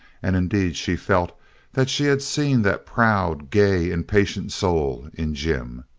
and indeed she felt that she had seen that proud, gay, impatient soul in jim.